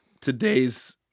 today's